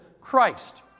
Christ